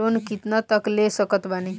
Loan कितना तक ले सकत बानी?